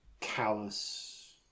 callous